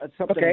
Okay